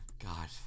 God